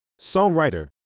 songwriter